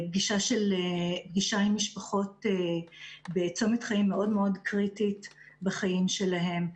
פגישה עם משפחות בצומת חיים מאוד קריטית בחיים שלהם,